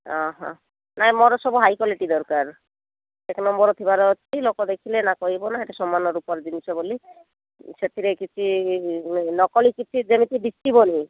ନାହିଁ ମୋର ସବୁ ହାଇ କ୍ଵାଲିଟି ଦରକାର ଏକ ନମ୍ବର ଥିବାର ଅଛି ଲୋକ ଦେଖିଲେ ନା କହିବ ନା ଏଟା ସମାନ ରୂପାର ଜିନିଷ ବୋଲି ସେଥିରେ କିଛି ନକଲି କିଛି ଯେମିତି ଦିଶିବନି